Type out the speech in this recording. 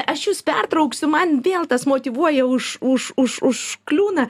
aš jus pertrauksiu man vėl tas motyvuoja už už už užkliūna